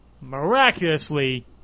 miraculously